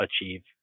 achieve